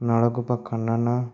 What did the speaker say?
ନଳକୂପ ଖନନ